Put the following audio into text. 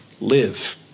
live